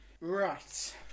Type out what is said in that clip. Right